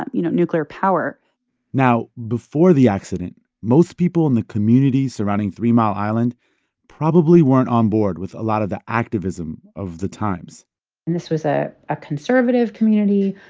ah you know, nuclear power now, before the accident, most people in the community surrounding three mile island probably weren't on board with a lot of the activism of the times and this was ah a conservative community,